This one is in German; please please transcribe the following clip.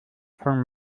von